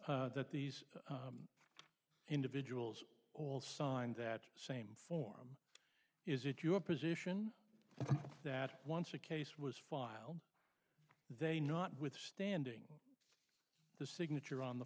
that these individuals all signed that same form is it your position that once a case was filed they notwithstanding the signature on the